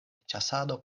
ĉasado